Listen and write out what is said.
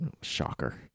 Shocker